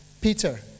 Peter